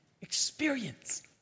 experience